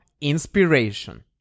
inspiration